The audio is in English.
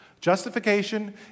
Justification